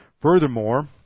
Furthermore